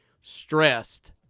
stressed